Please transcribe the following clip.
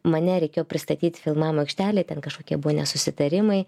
mane reikėjo pristatyt filmavimo aikštelėje ten kažkokie buvo nesusitarimai